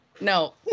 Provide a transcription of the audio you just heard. No